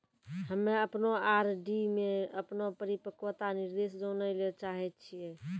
हम्मे अपनो आर.डी मे अपनो परिपक्वता निर्देश जानै ले चाहै छियै